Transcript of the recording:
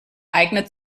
eignet